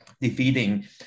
defeating